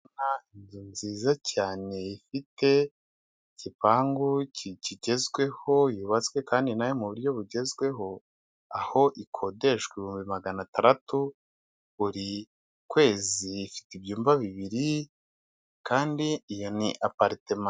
Inzu nziza cyane ifite igipangu kigezweho, yubatswe kandi nayo mu buryo bugezweho, aho ikodeshwa ibihumbi maganatandatu buri kwezi, ifite ibyumba bibiri kandi iyo ni aparitema.